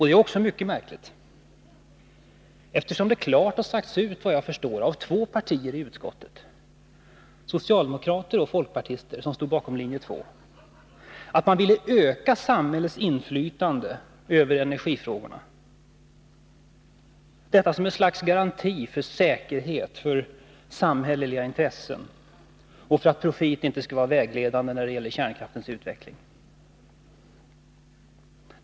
Det är också mycket märkligt eftersom det, efter vad jag förstår, klart har sagts av två partier i utskottet — socialdemokrater och folkpartister, som stod bakom Linje 2 — att man ville öka samhällets inflytande över energifrågorna. Det skulle vara ett slags garanti för säkerhet och för samhälleliga intressen och för att profiten inte skulle vara vägledande när det gällde kärnkraftens utveckling.